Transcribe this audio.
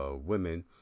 women